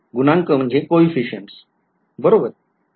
गुणांक हे X dependent असतील